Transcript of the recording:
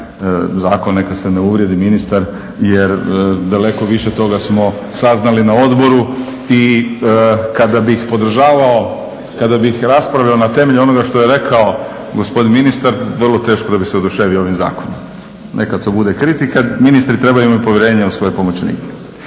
neka se ne uvrijedi ministar, jer daleko više smo toga saznali na odboru i kada bih podržavao kada bih raspravljao na temelju onoga što je rekao gospodin ministar vrlo teško da bih se oduševio ovim zakonom. Neka to bude kritika, ministri trebaju imati povjerenja u svoje pomoćnike.